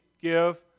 give